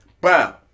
Bow